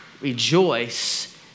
Rejoice